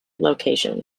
location